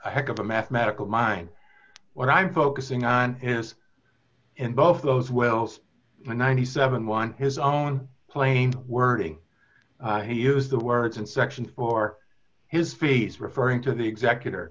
a heck of a mathematical mind what i'm focusing on is in both those wells ninety seven won his own plane wording he used the words in section for his face referring to the executor